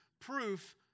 proof